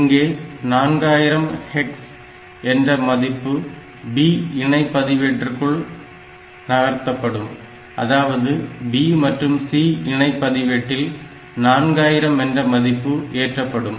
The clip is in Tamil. இங்கே 4000 hex என்ற மதிப்பு B இணை பதிவேட்டிற்கு நகர்த்தப்படும் அதாவது B மற்றும் C இணை பதிவேட்டில் 4000 என்ற பதிப்பு ஏற்றப்படும்